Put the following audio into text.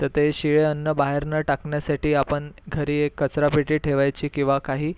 तर ते शिळे अन्न बाहेर न टाकण्यासाठी आपण घरी एक कचरा पेटी ठेवायची किंवा काही